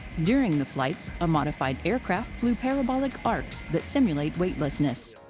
during the flights, a modified aircraft flew parabolic arcs that simulate weightlessness.